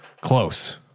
Close